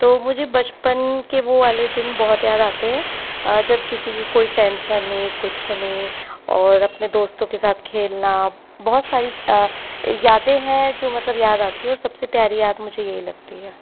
तो मुझे बचपन के वो वाले दिन बहुत याद आते हैं और जब किसी की कोई टेंशन नहीं कुछ नहीं और अपने दोस्तों के साथ खेलना बहुत सारी यादें हैं जो मतलब याद आती हैं और सबसे प्यारी याद मुझे यह ही लगती है